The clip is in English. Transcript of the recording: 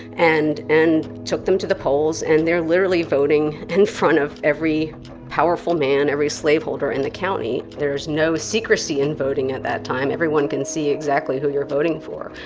and and took them to the polls. and they're literally voting in front of every powerful man, every slaveholder in the county. there's no secrecy in voting at that time. everyone can see exactly who you're voting for.